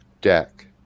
Deck